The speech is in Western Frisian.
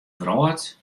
wrâld